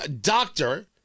doctor